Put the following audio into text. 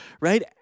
right